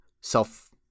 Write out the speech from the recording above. self